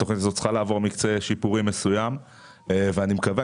התכנית הזאת צריכה מקצה שיפורים מסוים ואני מקווה,